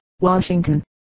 Washington